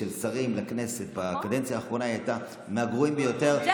של שרים בכנסת בקדנציה האחרונה היה מהגרועים ביותר,